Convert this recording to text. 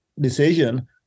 decision